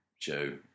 Joe